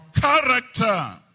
character